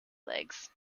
legs